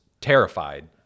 terrified